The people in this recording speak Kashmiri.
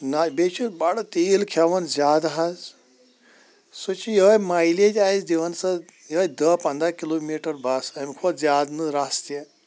نہ بیٚیہِ چھِ بَڑٕ تیٖل کھٮ۪وان زیادٕ حظ سُہ چھُ یُہوے مایِلیج آسۍ دِوان سۄ یُہوے دہ پَنٛدَہ کلوٗ میٖٹَر بَس امہِ کھۄتہٕ زیادٕ نہٕ رَس تہِ